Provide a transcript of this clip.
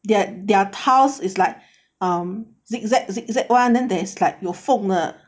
their their tiles is like err zig zag zig zag [one] then there is like 有锋的